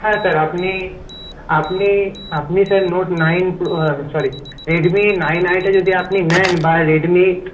হ্যাঁ স্যার আপনি আপনি আপনি sir note nine sorry Redmi nine আইটা যদি আপনি নেন বা রেডমি